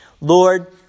Lord